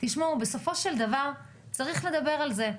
בסופו של דבר צריך לדבר על זה,